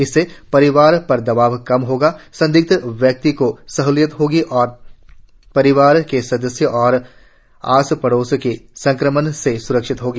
इससे परिवार पर दबाव कम होगा संबंधित व्यक्ति को सहलियत होगी तथा परिवार के सदस्यों और आस पड़ोस की संक्रमण से स्रक्षा होगी